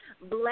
bless